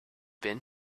been